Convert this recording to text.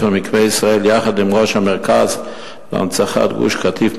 "מקווה ישראל" יחד עם ראש המרכז להנצחת גוש-קטיף,